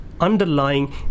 underlying